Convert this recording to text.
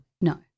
No